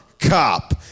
Cop